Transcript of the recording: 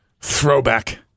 Throwback